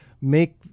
make